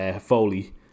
Foley